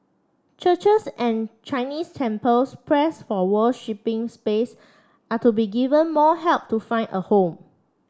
churches and Chinese temples pressed for space are to be given more help to find a home